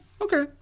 okay